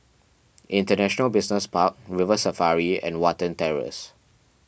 International Business Park River Safari and Watten Terrace